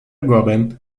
گابن